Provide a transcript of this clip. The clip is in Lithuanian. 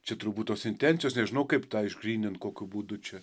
čia turbūt tos intencijos nežinau kaip tą išgrynint kokiu būdu čia